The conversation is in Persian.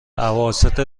اواسط